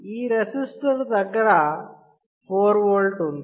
ఈ రెసిస్టర్4KΩ దగ్గర 4V ఉంది